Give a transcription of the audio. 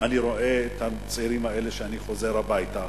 אני רואה את הצעירים האלה כשאני חוזר הביתה.